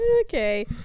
Okay